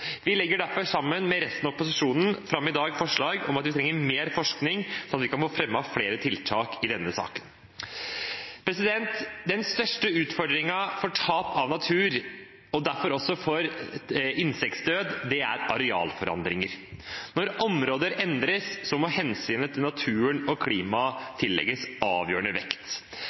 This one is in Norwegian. Vi legger derfor i dag – sammen med resten av opposisjonen – fram forslag om at vi trenger mer forskning, sånn at vi kan få fremmet flere tiltak i denne saken. Den største utfordringen for tap av natur, og derfor også for insektdød, er arealforandringer. Når områder endres, må hensynet til naturen og klimaet tillegges avgjørende vekt.